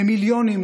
במיליונים,